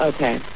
Okay